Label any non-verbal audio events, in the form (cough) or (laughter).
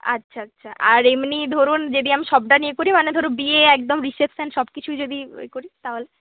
আচ্ছা আচ্ছা আর এমনি ধরুন যদি আমি সবটা নিয়ে করি মানে ধরো বিয়ে একদম রিসেপশান সব কিছু যদি (unintelligible) করি তাহলে